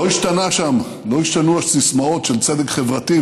לא השתנה שם, לא השתנו הסיסמאות של צדק חברתי.